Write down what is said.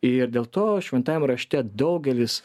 ir dėl to šventajam rašte daugelis